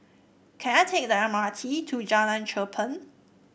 can I take the M R T to Jalan Cherpen